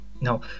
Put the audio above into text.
no